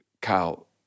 Kyle